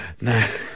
No